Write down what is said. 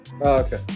okay